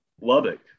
Lubbock